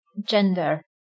Gender